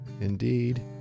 Indeed